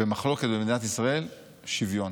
במחלוקת במדינת ישראל, "שוויון".